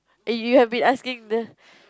eh you have been asking the